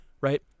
right